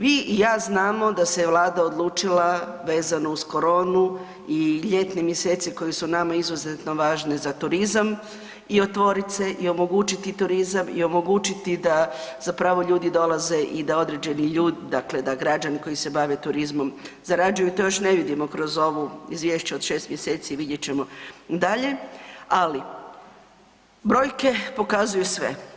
Vi i ja znamo da se Vlada odlučila vezano uz koronu i ljetni mjeseci koji su nama izuzetno važni za turizam i otvorit se i omogućiti turizam i omogućiti da zapravo ljudi dolaze i da određeni dakle, dakle da građani koji se bave turizmom zarađuju, to još ne vidimo kroz ovo izvješće od 6 mj., vidjet ćemo dalje, ali brojke pokazuju sve.